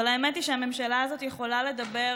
אבל האמת היא שהממשלה הזאת יכולה לדבר